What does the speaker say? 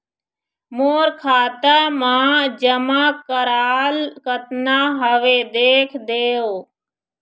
मोर खाता मा जमा कराल कतना हवे देख देव?